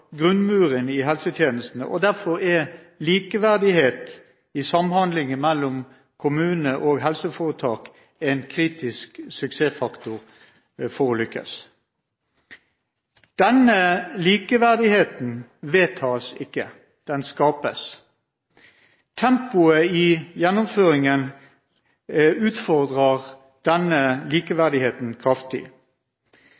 grunnmuren i helsetjenestene. Derfor er likeverdighet i samhandlingen mellom kommune og helseforetak en kritisk suksessfaktor for å lykkes. Denne likeverdigheten vedtas ikke. Den skapes. Tempoet i gjennomføringen utfordrer denne